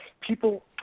people